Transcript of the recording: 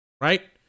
right